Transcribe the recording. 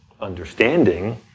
understanding